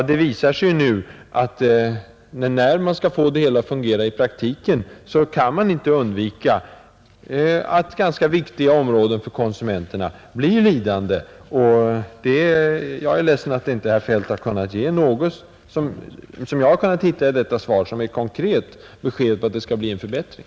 Det visar sig nu att, när man skall få det hela att fungera i praktiken, så kan man inte undvika att för konsumenterna ganska viktig verksamhet blir lidande. Jag är ledsen att herr Feldt inte har kunnat ge något konkret besked — såvitt jag kan finna av svaret — om att det skall bli en förbättring.